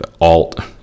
alt